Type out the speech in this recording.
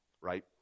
right